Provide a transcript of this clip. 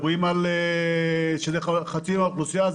שזה חצי מהאוכלוסייה,